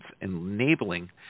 enabling